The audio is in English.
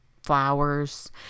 flowers